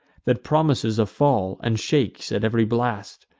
that promises a fall, and shakes at ev'ry blast.